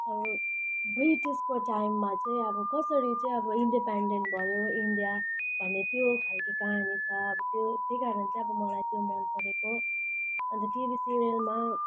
ब्रिटिसको टाइममा चाहिँ अब कसरी चाहिँ अब इन्डिपेन्डेन्ट भयो इन्डिया भन्ने त्यो खालको कहानी छ अब त्यो त्यही कारण चाहिँ अब मलाई चाहिँ मनपरेको अन्त फेरि सिरियलमा